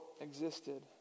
existed